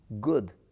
good